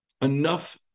Enough